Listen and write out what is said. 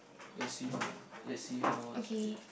let's see lah let's see how is the clip